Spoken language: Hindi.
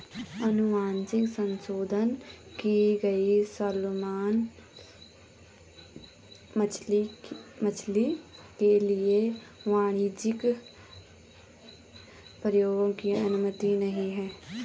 अनुवांशिक संशोधन की गई सैलमन मछली के लिए वाणिज्यिक प्रयोग की अनुमति नहीं है